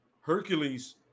Hercules